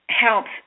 helps